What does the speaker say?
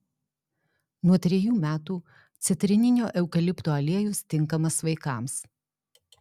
nuo trejų metų citrininio eukalipto aliejus tinkamas vaikams